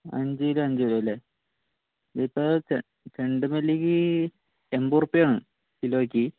അഞ്ച് കിലോ അഞ്ച് കിലോ അല്ലെ ഇതിപ്പോൾ ചെണ്ടുമല്ലിക്ക് എൻപത് റുപ്പിയാണ് കിലോയ്ക്ക്